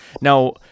now